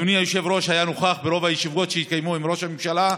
אדוני היושב-ראש היה נוכח ברוב הישיבות שהתקיימו עם ראש הממשלה.